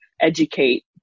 educate